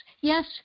Yes